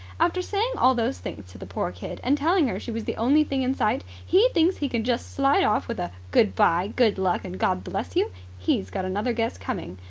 after saying all those things to the poor kid and telling her she was the only thing in sight, he thinks he can just slide off with a good-bye! good luck! and god bless you he's got another guess coming.